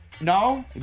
No